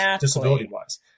disability-wise